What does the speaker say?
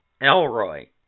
Elroy